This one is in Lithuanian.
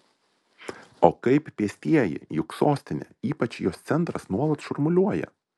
o kaip pėstieji juk sostinė ypač jos centras nuolat šurmuliuoja